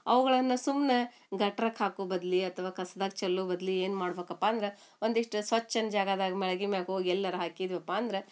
ಅವುಗಳನ್ನ ಸುಮ್ನ ಗಟ್ರಾಕ್ ಹಾಕು ಬದ್ಲಿ ಅಥವಾ ಕಸ್ದಾಗ ಚಲ್ಲೋ ಬದ್ಲಿ ಏನ್ಮಾಡ್ಬೇಕಪ್ಪಾ ಅಂದ್ರೆ ಒಂದಿಷ್ಟು ಸ್ವಚ್ಛನ ಜಾಗದಾಗ ಮಳ್ಗಿ ಮ್ಯಾಗ ಹೋಗಿ ಎಲ್ಲರ ಹಾಕಿದ್ವಪ್ಪಾಂದ್ರೆ